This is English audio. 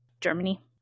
Germany